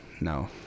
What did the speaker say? no